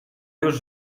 już